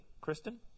Kristen